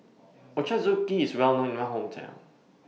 Ochazuke IS Well known in My Hometown